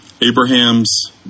Abraham's